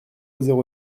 zéro